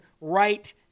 right